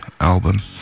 album